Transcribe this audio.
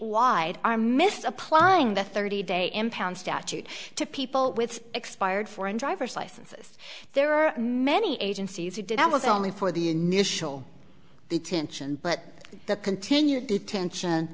are misapplying the thirty day impound statute to people with expired foreign driver's licenses there are many agencies who did and was only for the initial detention but the continued detention